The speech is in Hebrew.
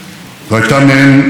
משפחתי באה מליטא,